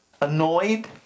annoyed